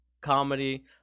comedy